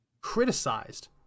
criticized